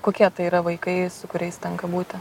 kokie tai yra vaikai su kuriais tenka būti